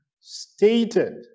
stated